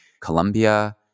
Colombia